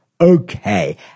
Okay